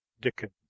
Dickens